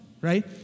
right